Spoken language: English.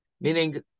Meaning